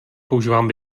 používám